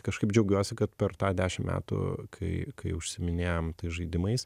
kažkaip džiaugiuosi kad per tą dešim metų kai kai užsiiminėjam tais žaidimais